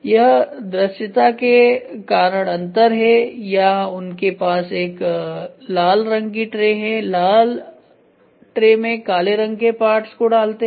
यह दृश्यता के कारण अंतर है या उनके पास एक लाल रंग की ट्रे है लाल ट्रेन में काले रंग के पार्ट्स को डालते हैं